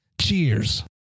Cheers